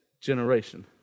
generation